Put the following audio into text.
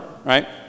Right